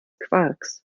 quarks